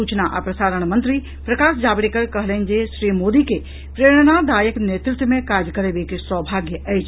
सूचना आ प्रसारण मंत्री प्रकाश जावड़ेकर कहलनि जे श्री मोदी के प्रेरणादायक नेतृत्व मे काज करब एक सौभाग्य अछि